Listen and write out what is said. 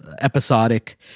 episodic